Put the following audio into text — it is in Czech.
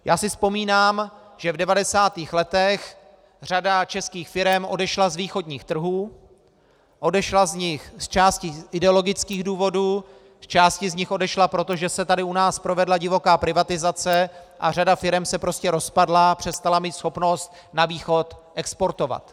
Já si vzpomínám, že v devadesátých letech řada českých firem odešla z východních trhů, odešla z nich zčásti z ideologických důvodů, zčásti z nich odešla, protože se tady u nás provedla divoká privatizace a řada firem se prostě rozpadla, přestala mít schopnost na východ exportovat.